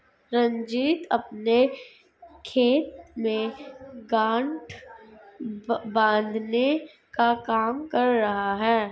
रंजीत अपने खेत में गांठ बांधने का काम कर रहा है